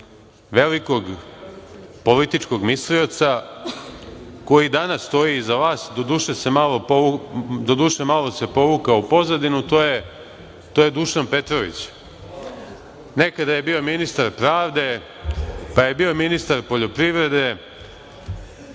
velikog političkog mislioca koji danas stoji iza vas, doduše, malo se povukao u pozadinu, to je Dušan Petrović. Nekada je bio ministar pravde, pa je bio ministar poljoprivrede,